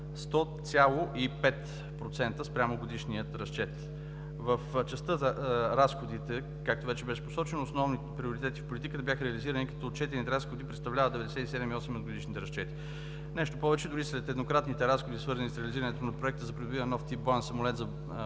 100,5% спрямо годишния разчет. В частта на разходите, както вече бе посочено, основните приоритети в политиките бяха реализирани, като отчетените разходи за годината представляват 97,8% от годишните разчети. Нещо повече – дори след еднократните разходи, свързани с реализирането на проекта за придобиване на нов тип боен самолет за